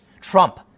Trump